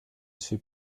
suis